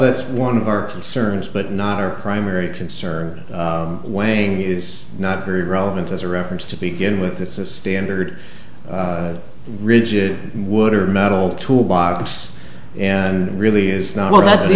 that's one of our concerns but not or primary concern way is not very relevant as a reference to begin with it's a standard rigid wood or metal tool box and it really is not